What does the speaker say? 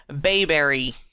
Bayberry